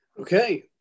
okay